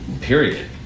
period